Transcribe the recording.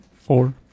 Four